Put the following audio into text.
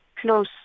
close